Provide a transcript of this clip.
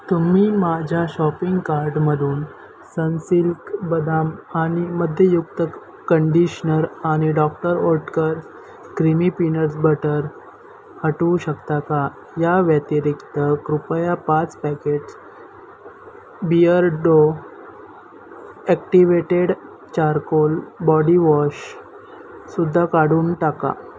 तुम्ही माझ्या शॉपिंग कार्टमधून सनसिल्क बदाम आणि मधयुक्त कंडिशनर आणि doctor Oetker creamy peanuts butter हटवू शकता का या व्यतिरिक्त कृपया पाच पॅकेट्स बिअर्डो ॲक्टिवेटेड चारकोल बॉडीवॉशसुद्धा काढून टाका